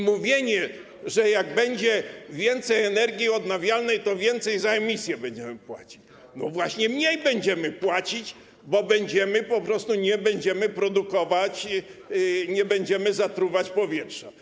Mówienie, że jak będzie więcej energii odnawialnej, to więcej za emisje będziemy płacić - no właśnie mniej będziemy płacić, bo po prostu nie będziemy produkować, nie będziemy zatruwać powietrza.